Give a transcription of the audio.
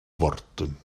worden